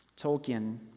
Tolkien